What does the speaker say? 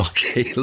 Okay